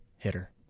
hitter